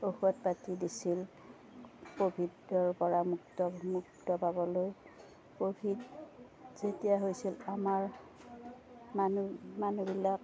ঔষধ পাতি দিছিল ক'ভিডৰপৰা মুক্ত মুক্ত পাবলৈ ক'ভিড যেতিয়া হৈছিল আমাৰ মানুহ মানুহবিলাক